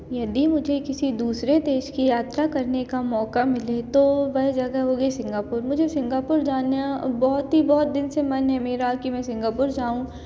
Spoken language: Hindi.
यदि मुझे किसी दूसरे देश की यात्रा करने का मौका मिले तो वह जगह होगी सिंगापुर मुझे सिंगापुर जाना बहुत ही बहुत दिन से मन है मेरा कि मैं सिंगापुर जाऊँ